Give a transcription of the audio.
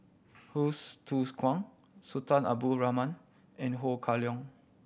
Hsu Tse Kwang Sultan Abdul Rahman and Ho Kah Leong